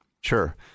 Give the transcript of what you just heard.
Sure